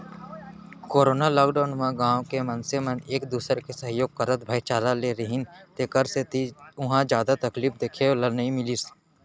corona lockdown म गाँव के मनसे मन एक दूसर के सहयोग करत भाईचारा ले रिहिस तेखर सेती उहाँ जादा तकलीफ देखे ल नइ मिलिस